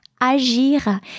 agir